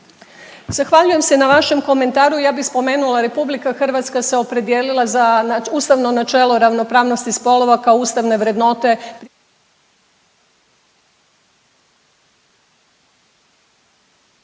Zahvaljujem se na vašem komentaru. Ja bih spomenula RH se opredijelila za ustavno načelo ravnopravnosti spolova kao ustavne vrednote